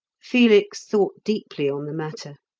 felix thought deeply on the matter.